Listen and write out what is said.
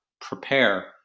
prepare